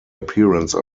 appearance